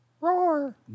Roar